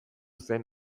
zen